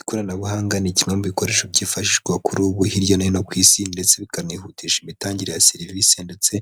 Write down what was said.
Ikoranabuhanga ni kimwe mu bikoresho byifashishwa kuri ubu hirya no hino ku isi ndetse bikanihutisha imitangire ya serivisi, ndetse